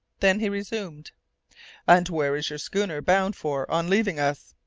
then he resumed and where is your schooner bound for on leaving us?